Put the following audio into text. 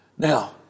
Now